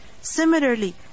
Similarly